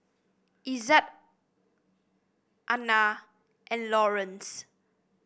Ezzard Ana and Lawerence